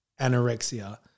anorexia